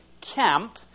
camp